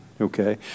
okay